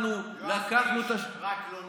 אנחנו לקחנו את, יואב, רק לא נקלל.